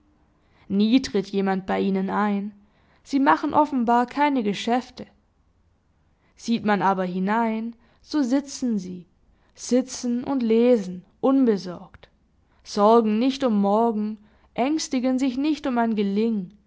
nie tritt jemand bei ihnen ein sie machen offenbar keine geschäfte sieht man aber hinein so sitzen sie sitzen und lesen unbesorgt sorgen nicht um morgen ängstigen sich nicht um ein gelingen